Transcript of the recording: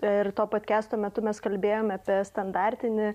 ir to podkesto metu mes kalbėjome apie standartinį